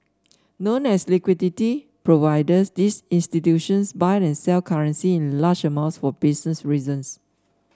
known as liquidity providers these institutions buy and sell currency in large amounts for business reasons